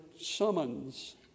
summons